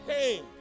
came